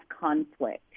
conflict